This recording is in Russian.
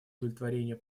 удовлетворению